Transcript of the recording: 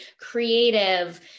creative